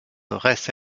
reste